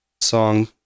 song